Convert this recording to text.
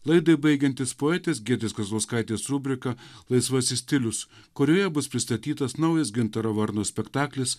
laidai baigiantis poetės giedrės kazlauskaitės rubrika laisvasis stilius kurioje bus pristatytas naujas gintaro varno spektaklis